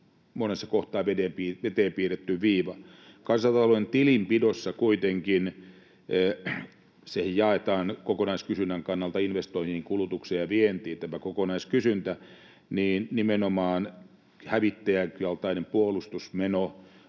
monessa kohtaa veteen piirretty viiva. Kansantalouden tilinpidossa tämä kokonaiskysyntä kuitenkin jaetaan kokonaiskysynnän kannalta investointeihin, kulutukseen ja vientiin, ja nimenomaan hävittäjän kaltainen puolustusmeno